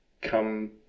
Come